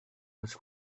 was